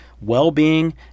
well-being